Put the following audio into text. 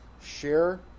share